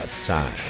time